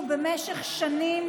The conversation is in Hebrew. -- נאבקו במשך שנים,